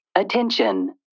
Attention